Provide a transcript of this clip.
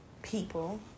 People